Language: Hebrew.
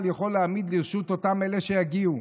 יכול להעמיד לרשות אותם אלה שיגיעו.